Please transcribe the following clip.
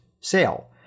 sale